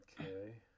Okay